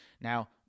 Now